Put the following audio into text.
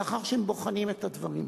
לאחר שהם בוחנים את הדברים.